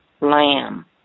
Lamb